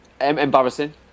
embarrassing